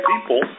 people